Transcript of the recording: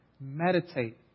meditate